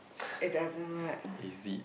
it doesn't work